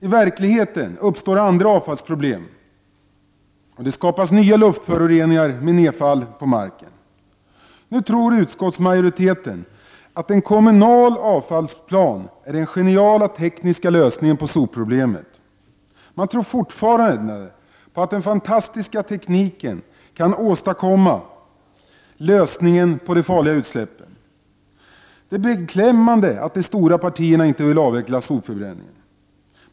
I verkligheten uppstår andra avfallsproblem, och det skapas nya luftföroreningar med nedfall på marken. Nu tror utskottsmajoriteten att en kommunal avfallsplan är den geniala tekniska lösningen på problemen med sopproblemet. Man tror fortfarande att den fantastiska tekniken kan åstadkomma lösningen på problemen med de farliga utsläppen. Det är beklämmande att de stora partierna inte vill avveckla sopförbränningen.